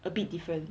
a bit different